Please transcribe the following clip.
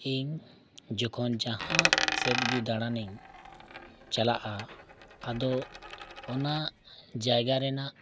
ᱤᱧ ᱡᱚᱠᱷᱚᱱ ᱡᱟᱦᱟᱸ ᱥᱮᱫ ᱜᱮ ᱫᱟᱬᱟᱱᱤᱧ ᱪᱟᱞᱟᱜᱼᱟ ᱟᱫᱚ ᱚᱱᱟ ᱡᱟᱭᱜᱟ ᱨᱮᱱᱟᱜ